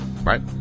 right